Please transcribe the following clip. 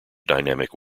dynamic